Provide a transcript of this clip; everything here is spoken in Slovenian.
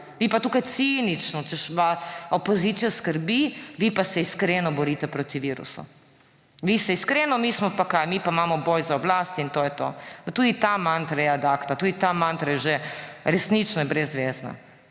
Vi pa tukaj cinično, češ, opozicijo skrbi, vi pa se iskreno borite proti virusu. Vi se iskreno − mi smo pa kaj? Mi pa imamo boj za oblast, in to je to. Tudi ta mantra je ad acta, tudi ta mantra je že resnično brezvezna.